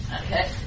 Okay